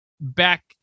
back